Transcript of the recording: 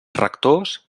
rectors